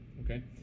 Okay